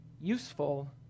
useful